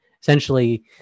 essentially